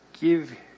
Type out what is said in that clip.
give